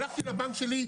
הלכתי לבנק שלי,